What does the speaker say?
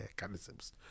mechanisms